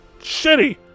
shitty